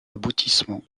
aboutissement